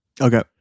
Okay